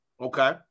Okay